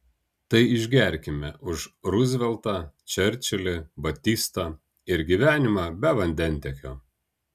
tai išgerkime už ruzveltą čerčilį batistą ir gyvenimą be vandentiekio